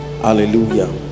hallelujah